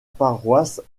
paroisse